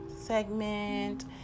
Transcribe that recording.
segment